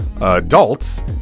adults